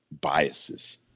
biases